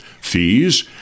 Fees